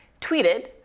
tweeted